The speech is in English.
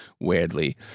weirdly